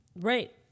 Right